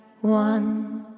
one